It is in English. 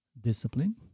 discipline